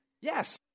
Yes